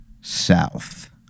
South